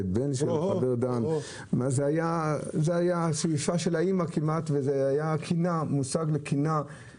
או דן זה היה שאיפה של האימא וזה היה עניין לקנאה.